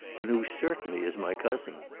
and who certainly is my cousin?